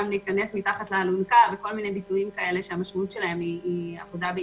להיכנס מתחת לאלונקה וכל מיני ביטויים כאלה שמשמעותם היא עבודה בהתנדבות.